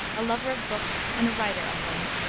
a lover of books and a writer of them.